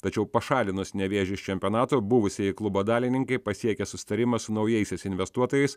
tačiau pašalinus nevėžį is čempionato buvusieji klubo dalininkai pasiekė susitarimą su naujaisiais investuotojais